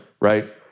Right